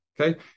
Okay